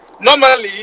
normally